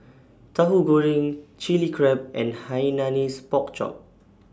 Tahu Goreng Chilli Crab and Hainanese Pork Chop